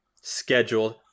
scheduled